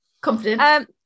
Confident